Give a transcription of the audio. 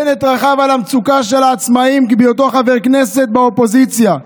בנט רכב על המצוקה של העצמאים בהיותו חבר כנסת באופוזיציה,